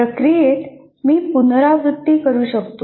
प्रक्रियेत मी पुनरावृत्ती करू शकतो